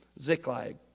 Ziklag